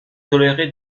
toléré